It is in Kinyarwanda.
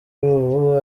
ubu